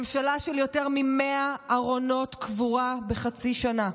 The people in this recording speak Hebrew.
ממשלה של יותר מ-100 ארונות קבורה בחצי שנה.